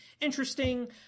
interesting